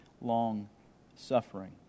long-suffering